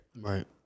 Right